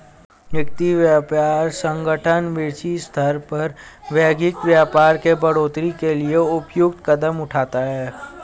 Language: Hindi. विश्व व्यापार संगठन विश्व स्तर पर वैश्विक व्यापार के बढ़ोतरी के लिए उपयुक्त कदम उठाता है